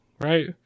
right